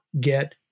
get